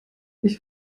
ich